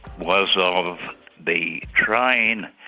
was of the train